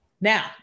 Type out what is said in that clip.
now